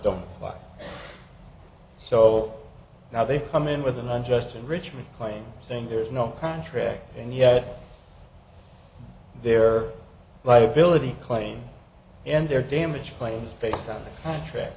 don't lie so now they come in with an unjust enrichment claim saying there's no contract and yet their liability claim and their damage claim based on the contract